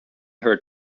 her